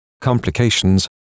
complications